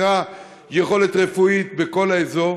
שדה דב כשחסרה יכולת רפואית בכל האזור,